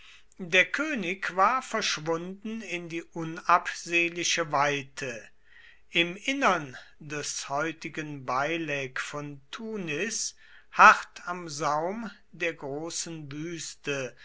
der könig war verschwunden in die unabsehliche weite im innern des heutigen beilek von tunis hart am saum der großen wüste